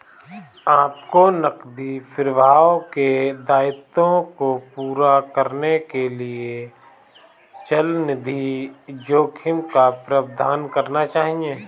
आपको नकदी प्रवाह के दायित्वों को पूरा करने के लिए चलनिधि जोखिम का प्रबंधन करना चाहिए